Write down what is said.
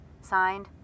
Signed